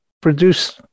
produce